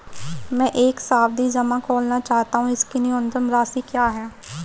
मैं एक सावधि जमा खोलना चाहता हूं इसकी न्यूनतम राशि क्या है?